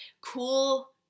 cool